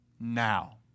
now